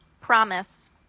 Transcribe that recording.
Promise